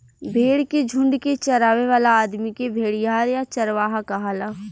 भेड़ के झुंड के चरावे वाला आदमी के भेड़िहार या चरवाहा कहाला